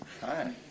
Hi